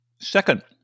Second